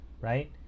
right